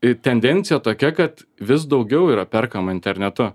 i tendencija tokia kad vis daugiau yra perkama internetu